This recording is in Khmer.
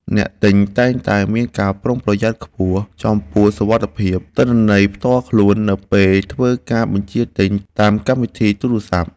អ្នកទិញតែងតែមានការប្រុងប្រយ័ត្នខ្ពស់ចំពោះសុវត្ថិភាពទិន្នន័យផ្ទាល់ខ្លួននៅពេលធ្វើការបញ្ជាទិញតាមកម្មវិធីទូរស័ព្ទ។